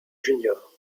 junior